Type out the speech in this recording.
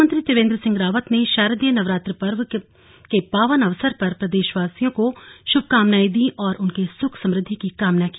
मुख्यमंत्री त्रिवेन्द्र सिंह रावत ने शारदीय नवरात्र पर्व के पावन अवसर पर प्रदेशवासियों को शुभकामनाएं दी और उनके सुख समृद्धि की कामना की